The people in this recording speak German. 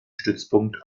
stützpunkt